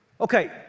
Okay